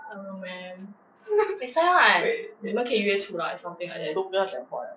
我都没有跟她讲话 liao